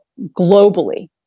globally